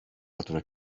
fatura